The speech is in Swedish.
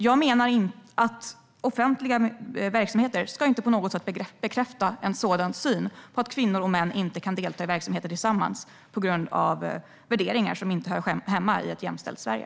Jag menar att offentliga verksamheter inte på något sätt ska bekräfta en sådan syn att kvinnor och män inte kan delta i verksamheter tillsammans på grund av värderingar som inte hör hemma i ett jämställt Sverige.